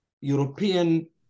European